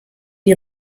die